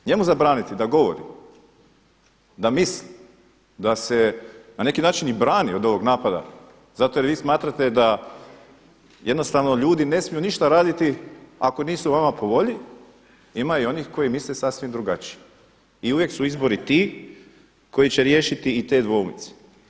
Njemu zabraniti da govori, da misli, da se na neki način i brani od ovoga napada zato jer vi smatrate da jednostavno ljudi ne smiju ništa raditi ako nisu vama po volji, ima i onih koji misle sasvim drugačije i uvijek su izbori ti koji će riješiti i te dvoumice.